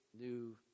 new